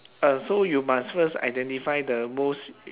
uh so you must first identify the most